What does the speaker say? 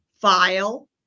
File